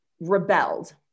rebelled